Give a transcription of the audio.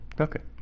Okay